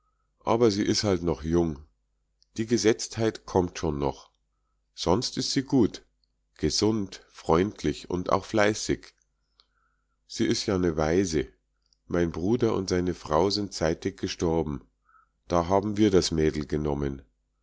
aber sie is halt noch jung die gesetztheit kommt schon noch sonst is sie gut gesund freundlich und auch fleißig sie is ja ne waise mein bruder und seine frau sind zeitig gestorben da haben wir das mädel genommen